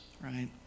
right